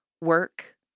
work